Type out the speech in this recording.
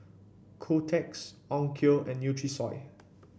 Kotex Onkyo and Nutrisoy